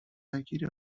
نگیری